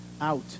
out